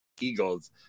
eagles